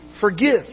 forgive